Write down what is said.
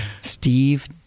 Steve